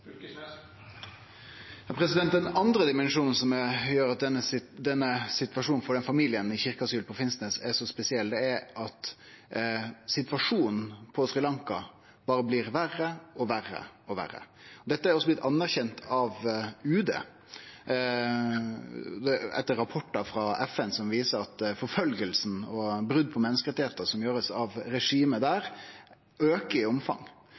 Den andre dimensjonen som gjer at situasjonen for denne familien på Finnsnes er så spesiell, er at situasjonen på Sri Lanka blir berre verre og verre. Dette er også blitt anerkjent av UD etter rapportar frå FN som viser at forfølginga og brota på menneskerettane som blir utførte av regimet der, aukar i omfang.